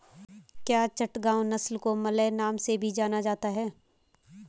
क्या चटगांव नस्ल को मलय नाम से भी जाना जाता है?